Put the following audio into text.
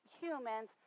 humans